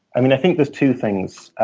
i mean, i think there's two things.